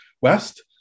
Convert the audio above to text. west